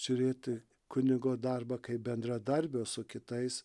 žiūrėti kunigo darbą kaip bendradarbio su kitais